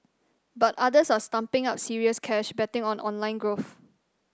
but others are stumping up serious cash betting on online growth